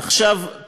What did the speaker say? עכשיו,